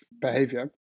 behavior